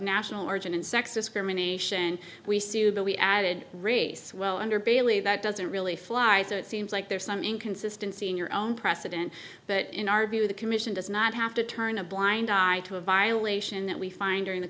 national origin and sex discrimination we sued but we added race well under bailey that doesn't really we fly so it seems like there's some inconsistency in your own precedent but in our view the commission does not have to turn a blind eye to a violation that we find her in the